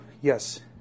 yes